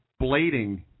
blading